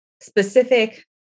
specific